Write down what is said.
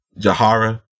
Jahara